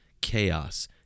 chaos